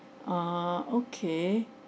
ah okay